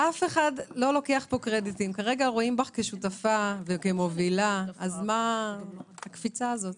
כרגע רואים בך שותפה ומובילה אז מה הקפיצה הזאת?